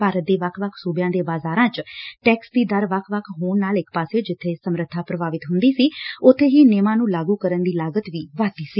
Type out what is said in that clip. ਭਾਰਤ ਦੇ ਵੱਖ ਵੱਖ ਸੁਬਿਆਂ ਦੇ ਬਾਜਾਰਾਂ ਚ ਟੈਕਸ ਦੀ ਦਰ ਵੱਖ ਵੱਖ ਹੋਣ ਨਾਲ ਇਕ ਪਾਸੇ ਜਿੱਬੇ ਸਮਰੱਬਾ ਪ੍ਰਭਾਵਿਤ ਹੁੰਦੀ ਸੀ ਉਥੇ ਹੀ ਨਿਯਮਾਂ ਨੂੰ ਲਾਗੁ ਕਰਨ ਦੀ ਲਾਗਤ ਵੀ ਵੱਧਦੀ ਸੀ